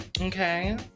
Okay